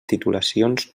titulacions